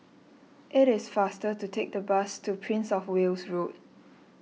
it is faster to take the bus to Prince of Wales Road